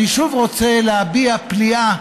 אני שוב רוצה להביע פליאה